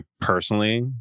personally